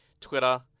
Twitter